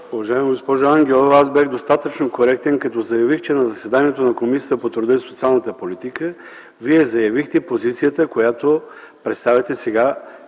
Уважаема госпожо Ангелова, аз бях достатъчно коректен, като заявих, че на заседанието на Комисията по труда и социалната политика Вие заявихте позицията, която представяте сега